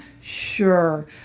sure